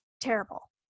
terrible